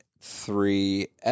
three